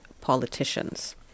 politicians